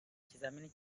ikizamini